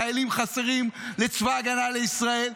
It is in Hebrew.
חיילים חסרים לצבא ההגנה לישראל,